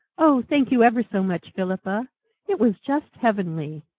oh, thank you ever so much, philippa it was just heavenly!